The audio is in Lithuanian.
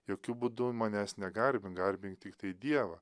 jokiu būdu manęs negarbink garbink tiktai dievą